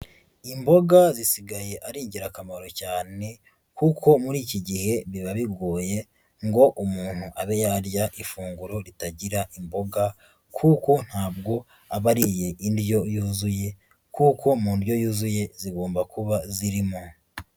Imboga zisigaye ari ingirakamaro cyane kuko muri iki gihe biba bigoye ngo umuntu abe yarya ifunguro ritagira imboga, kuko ntabwo aba ariye indyo yuzuye kuko mu ndyo yuzuye zigomba kuba zirimo.